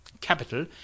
capital